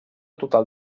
total